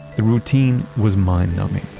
the routine was mind-numbing.